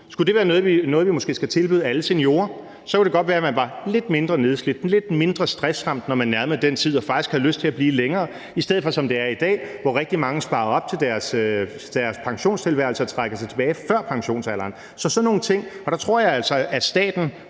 Kunne det være noget, vi måske skulle tilbyde alle seniorer? Så kunne det godt være, at man var lidt mindre nedslidt og lidt mindre stressramt, når man nærmede sig den tid, og at man faktisk havde lyst til at blive længere, i stedet for at det er som i dag, hvor rigtig mange sparer op til deres pensionstilværelse og trækker sig tilbage før pensionsalderen. Så sådan nogle ting kunne det være. Og der tror jeg altså, at staten,